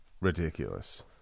ridiculous